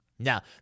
Now